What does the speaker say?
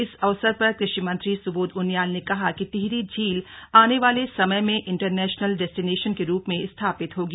इस अवसर पर कृषि मंत्री स्बोध उनियाल ने कहा कि टिहरी झील आने वाले समय में इंटरनेशनल डेस्टिनेशन के रूप में स्थापित होगी